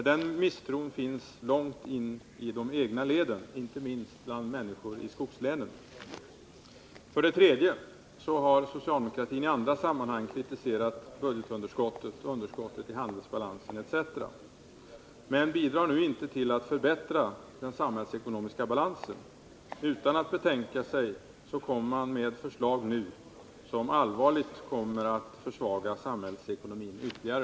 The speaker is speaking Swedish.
Den misstron finns långt inne i de egna leden, inte minst bland människorna i skogslänen. För det tredje har socialdemokratin i andra sammanhang kritiserat budgetunderskottet, underskottet i handelsbalansen etc., men man bidrar nu inte till att förbättra den samhällsekonomiska balansen. Utan att betänka sig” lägger man fram ett förslag som allvarligt kommer att försvaga samhällsekonomin ytterligare.